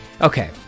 Okay